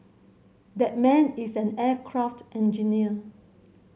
that man is an aircraft engineer